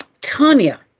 Tanya